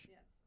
Yes